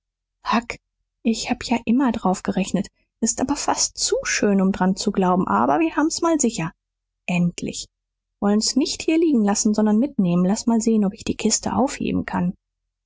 ich hab ja immer drauf gerechnet s ist aber fast zu schön um dran zu glauben aber wir haben's mal sicher endlich wollen's nicht hier liegen lassen sondern mitnehmen laß mal sehen ob ich die kiste aufheben kann